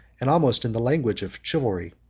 and almost in the language, of chivalry,